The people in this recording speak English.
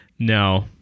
no